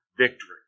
victory